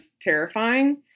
terrifying